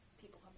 people